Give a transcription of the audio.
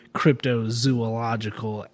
cryptozoological